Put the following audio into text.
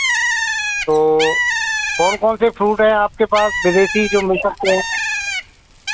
तो कौन कौन से फ्रूट हैं आपके पास विदेशी जो मिल सकते हैं